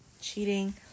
cheating